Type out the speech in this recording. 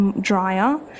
drier